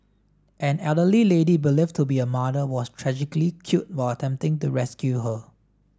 an elderly lady believed to be her mother was tragically killed while attempting to rescue her